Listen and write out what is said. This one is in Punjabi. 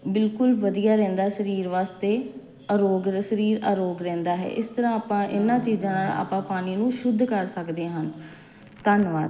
ਬਿਲਕੁਲ ਵਧੀਆ ਰਹਿੰਦਾ ਸਰੀਰ ਵਾਸਤੇ ਅਰੋਗ ਸਰੀਰ ਅਰੋਗ ਰਹਿੰਦਾ ਹੈ ਇਸ ਤਰ੍ਹਾਂ ਆਪਾਂ ਇਹਨਾਂ ਚੀਜ਼ਾਂ ਨਾਲ ਆਪਾਂ ਪਾਣੀ ਨੂੰ ਸ਼ੁੱਧ ਕਰ ਸਕਦੇ ਹਾਂ ਧੰਨਵਾਦ